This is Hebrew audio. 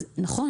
אז נכון,